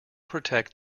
protect